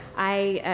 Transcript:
i,